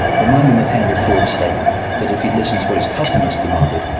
remind them of henry ford's statement that if he'd listened to what his customers demanded,